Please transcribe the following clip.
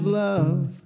love